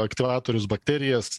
aktyvatorius baterijas